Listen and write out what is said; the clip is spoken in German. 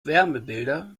wärmebilder